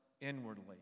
inwardly